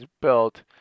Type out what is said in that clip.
built